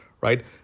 right